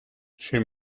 she